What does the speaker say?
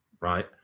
Right